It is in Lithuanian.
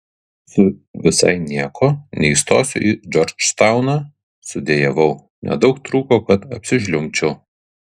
su visai nieko neįstosiu į džordžtauną sudejavau nedaug trūko kad apsižliumbčiau